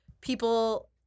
people